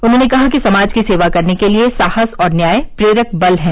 उन्होंने कहा कि समाज की सेवा करने के लिये साहस और न्याय प्रेरक बल हैं